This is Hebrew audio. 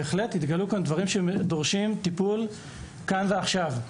בהחלט התגלו כאן דברים שדורשים טיפול כאן ועכשיו.